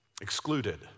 Excluded